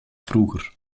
vroeger